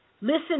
Listen